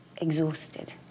exhausted